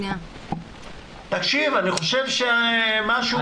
תקשיב, אני חושב שמשהו